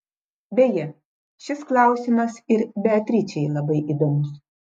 beje šis klausimas ir beatričei labai įdomus